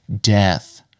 death